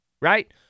right